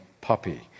puppy